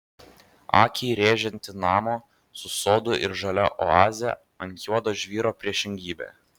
akį rėžianti namo su sodu ir žalia oaze ant juodo žvyro priešingybė